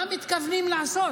מה מתכוונים לעשות?